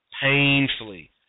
painfully